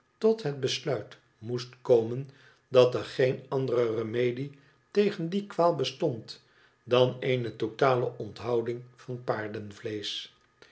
tot het besluit moest komen dat er geen andere remedie tegen die kwaal bestond dan eene totale onthouding van